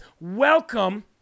welcome